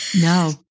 No